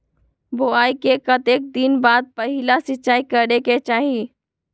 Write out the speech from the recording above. बोआई के कतेक दिन बाद पहिला सिंचाई करे के चाही?